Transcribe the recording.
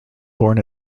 born